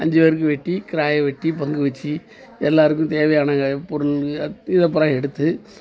அஞ்சுப்பேருக்கு வெட்டி கிடாயை வெட்டி பங்கு வச்சு எல்லாருக்கும் தேவையான க பொருள்கள் இதை பூரா எடுத்து